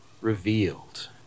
revealed